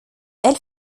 elle